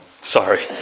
Sorry